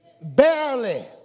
barely